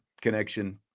connection